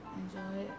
enjoy